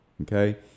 Okay